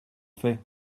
fait